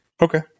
Okay